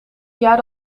jaar